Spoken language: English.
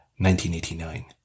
1989